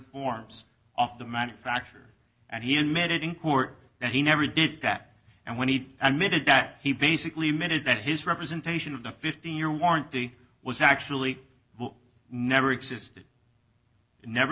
forms of the manufacture and he admitted in court that he never did that and when he made that he basically admitted that his representation of the fifteen year warranty was actually never existed it never